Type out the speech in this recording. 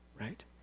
right